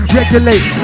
regulate